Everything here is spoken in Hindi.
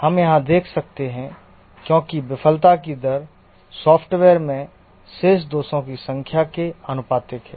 हम यहां देख सकते हैं क्योंकि विफलता की दर सॉफ्टवेयर में शेष दोषों की संख्या के आनुपातिक है